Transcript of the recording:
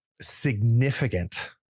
significant